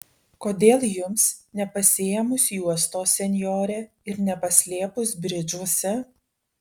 kodėl jums nepasiėmus juostos senjore ir nepaslėpus bridžuose